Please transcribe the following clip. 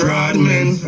Rodman